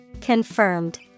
Confirmed